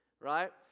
right